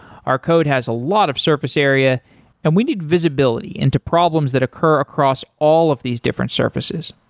our code has a lot of surface area and we need visibility into problems that occur across all of these different surfaces.